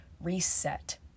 reset